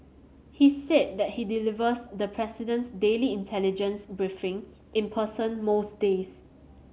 he's said that he delivers the president's daily intelligence briefing in person most days